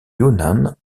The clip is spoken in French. yunnan